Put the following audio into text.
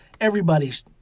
everybody's